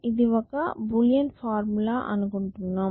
ఇది ఒక Boolean formula అనుకుంటున్నాం